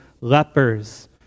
lepers